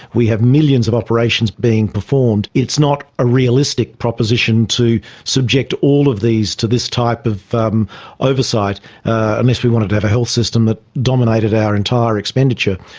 we have millions of operations being performed, it's not a realistic proposition to subject all of these to this type of um oversight unless we wanted to have a health system that dominated our entire expenditure.